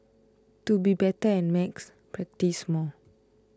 to be better at maths practise more